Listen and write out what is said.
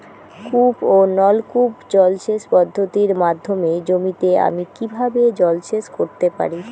কূপ ও নলকূপ জলসেচ পদ্ধতির মাধ্যমে জমিতে আমি কীভাবে জলসেচ করতে পারি?